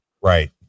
Right